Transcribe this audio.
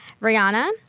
Rihanna